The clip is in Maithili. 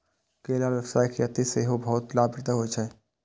केलाक व्यावसायिक खेती सेहो बहुत लाभप्रद होइ छै